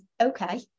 okay